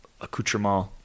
accoutrement